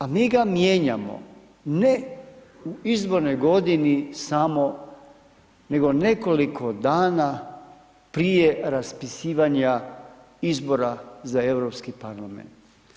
A mi ga mijenjamo, ne u izbornoj godini samo, nego nekoliko dana prije raspisivanja izbora za Europski parlament.